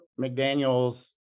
McDaniels